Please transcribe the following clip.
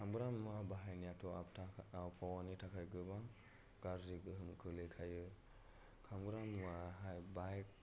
खामग्रा मुवा बाहायनायाथ' आबहावानि थाखाय गोबां गाज्रि गोहोम खोलैखायो खामग्रा मुवाहाय बाइक